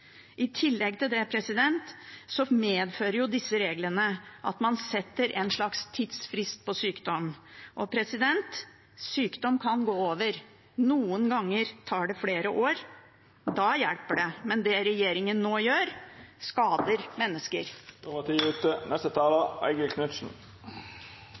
I tillegg til det medfører disse reglene at man setter en slags tidsfrist for sykdom. Sykdom kan gå over. Noen ganger tar det flere år, og da hjelper det. Men det regjeringen nå gjør, skader mennesker.